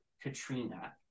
Katrina